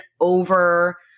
over